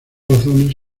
razones